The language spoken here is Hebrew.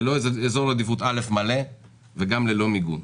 ללא אזור עדיפות א' מלא וגם ללא מיגון.